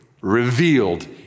revealed